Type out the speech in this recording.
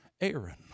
Aaron